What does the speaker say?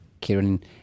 Kieran